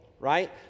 right